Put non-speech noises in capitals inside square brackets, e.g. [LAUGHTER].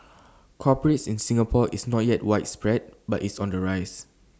corporate in Singapore is not yet widespread but it's on the rise [NOISE]